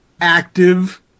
active